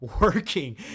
working